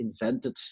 invented